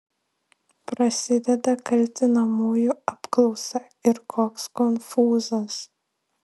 prasideda kaltinamųjų apklausa ir koks konfūzas